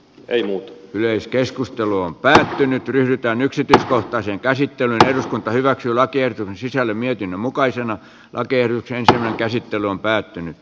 ei muutu yleiskeskustelun päähine pyritään yksityiskohtaisen käsittelyn eduskunta hyväksyi lakien sisällön mietinnön mukaisena kylkeen rahan käsittely on muuta